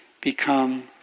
become